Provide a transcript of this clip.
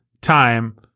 time